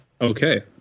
Okay